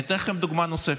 אני אתן לכם דוגמה נוספת.